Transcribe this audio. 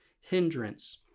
hindrance